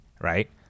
right